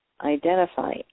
identify